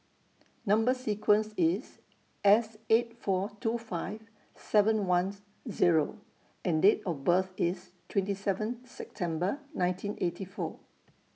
Number sequence IS S eight four two five seven Ones Zero and Date of birth IS twenty seven September nineteen eighty four